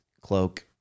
cloak